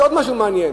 יש עוד משהו מעניין,